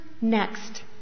next